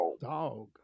dog